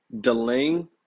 delaying